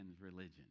religion